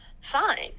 fine